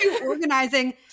Organizing